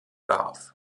off